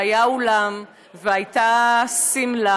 היה אולם והייתה שמלה,